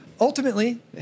Ultimately